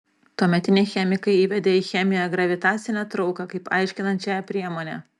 tuometiniai chemikai įvedė į chemiją gravitacinę trauką kaip aiškinančiąją priemonę